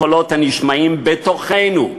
קולות הנשמעים בתוכנו,